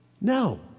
No